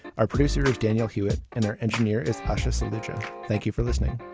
our producers daniel hewett and their engineer is precious. and thank you for listening